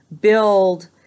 build